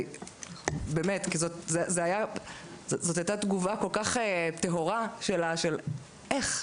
זאת הייתה תגובה כל כך טהורה של איך.